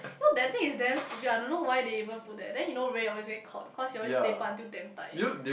no that things is damn stupid I don't know why they even put there then you know Roy always get caught because he always taper until damn tight